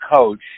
coach